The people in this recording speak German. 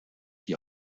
die